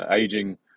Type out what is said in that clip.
aging